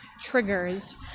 triggers